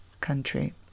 country